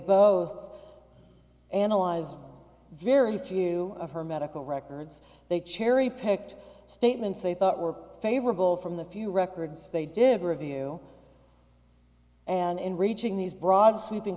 both analyzed very few of her medical records they cherry picked statements they thought were favorable from the few records they did review and in reaching these broad sweeping